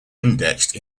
indexed